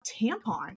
tampon